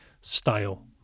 style